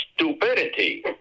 Stupidity